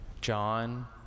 John